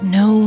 no